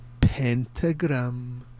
Pentagram